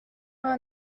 vingt